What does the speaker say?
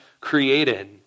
created